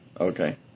Okay